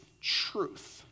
truth